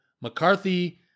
McCarthy